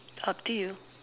up to you